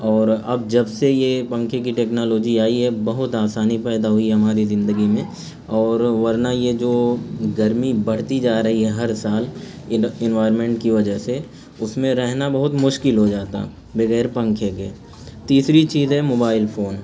اور اب جب سے یہ پنکھے کی ٹیکنالوجی آئی ہے بہت آسانی پیدا ہوئی ہے ہماری زندگی میں اور ورنہ یہ جو گرمی بڑھتی جا رہی ہے ہر سال ان انوائرمنٹ کی وجہ سے اس میں رہنا بہت مشکل ہو جاتا بغیر پنکھے کے تیسری چیز ہے موبائل فون